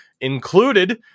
included